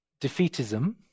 defeatism